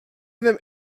them